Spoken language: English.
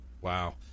Wow